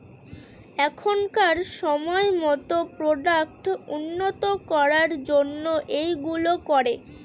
এখনকার সময়তো প্রোডাক্ট উন্নত করার জন্য এইগুলো করে